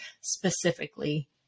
specifically